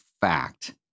fact